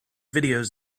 videos